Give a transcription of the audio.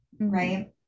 right